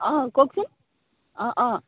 অঁ কওকচোন অঁ অঁ